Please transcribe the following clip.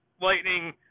lightning